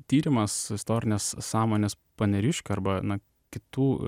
tyrimas istorinės sąmonės paneriškių arba na kitų